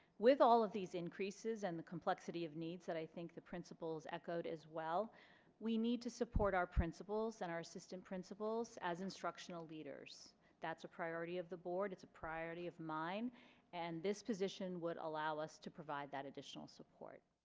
with all of these increases and the complexity of needs that i think the principles echoed as well we need to support our principles and our assistant principals as instructional leaders that's a priority of the board it's a priority of mine and this position would allow us to provide that additional support